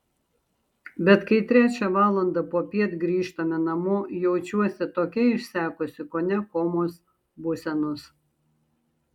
bet kai trečią valandą popiet grįžtame namo jaučiuosi tokia išsekusi kone komos būsenos